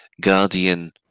Guardian